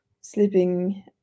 sleeping